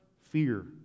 fear